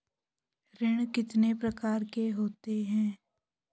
ऋण कितने प्रकार के होते हैं?